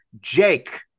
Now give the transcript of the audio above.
Jake